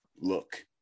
Look